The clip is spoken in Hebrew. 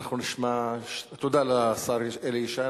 תודה לשר אלי ישי.